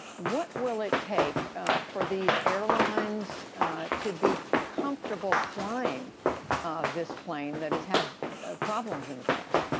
what will it take for these airlines to be comfortable flying this plane that has had problems in the past?